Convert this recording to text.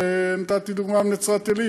ונתתי דוגמה מנצרת-עילית,